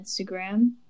Instagram